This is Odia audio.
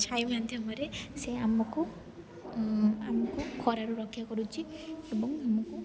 ଛାଇ ମାଧ୍ୟମରେ ସେ ଆମକୁ ଆମକୁ ଖରାରୁ ରକ୍ଷା କରୁଛି ଏବଂ ଆମକୁ